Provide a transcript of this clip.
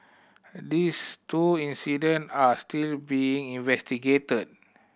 these two incident are still being investigated